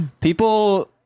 People